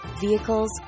vehicles